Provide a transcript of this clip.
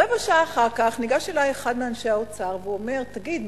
רבע שעה אחר כך ניגש אלי אחד מאנשי האוצר ואומר: תגיד,